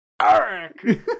Eric